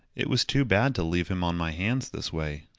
it was too bad to leave him on my hands this way.